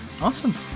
Awesome